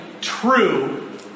true